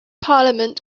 parliament